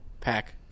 pack